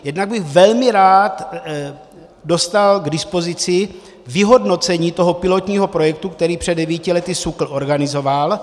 Jednak bych velmi rád dostal k dispozici vyhodnocení toho pilotního projektu, který před devíti lety SÚKL organizoval.